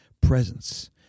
presence